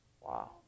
Wow